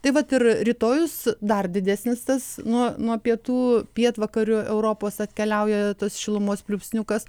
tai vat ir rytojus dar didesnis tas nuo nuo pietų pietvakarių europos atkeliauja tas šilumos pliūpsniukas